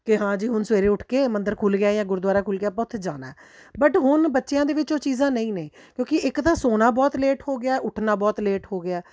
ਕਿ ਹਾਂ ਜੀ ਹੁਣ ਸਵੇਰੇ ਉੱਠ ਕੇ ਮੰਦਰ ਖੁੱਲ੍ਹ ਗਿਆ ਜਾਂ ਗੁਰਦੁਆਰਾ ਖੁੱਲ੍ਹ ਗਿਆ ਆਪਾਂ ਉੱਥੇ ਜਾਣਾ ਬਟ ਹੁਣ ਬੱਚਿਆਂ ਦੇ ਵਿੱਚ ਉਹ ਚੀਜ਼ਾਂ ਨਹੀਂ ਨੇ ਕਿਉਂਕਿ ਇੱਕ ਤਾਂ ਸੋਣਾ ਬਹੁਤ ਲੇਟ ਹੋ ਗਿਆ ਉੱਠਣਾ ਬਹੁਤ ਲੇਟ ਹੋ ਗਿਆ